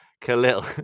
khalil